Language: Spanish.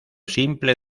simple